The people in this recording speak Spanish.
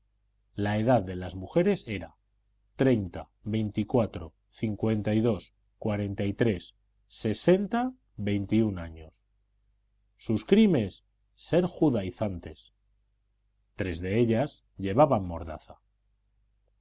la edad de las mujeres era treinta veinticuatro cincuenta y dos cuarenta y tres sesenta veintiún años su crimen ser judaizantes tres de ellas llevaban mordaza